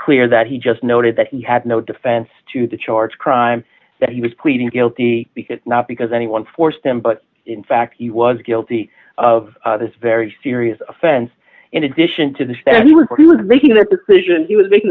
clear that he just noted that he had no defense to the charge crime that he was pleading guilty because not because anyone forced him but in fact he was guilty of this very serious offense in addition to the standard but he was making their decision he was making